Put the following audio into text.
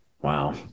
Wow